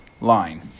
line